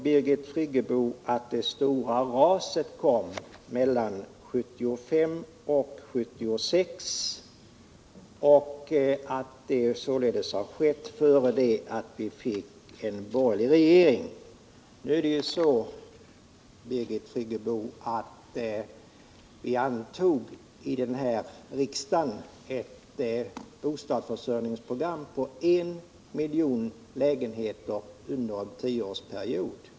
Birgit Friggebo sade att det största raset kom 1975-1976, aut det således skedde innan vi fick en borgerlig regering. Nu är det ju så, Birgit Friggebo, att vi här i riksdagen antog ett bostadsförsörjningsprogram på en miljon lägenheter under en tioårsperiod.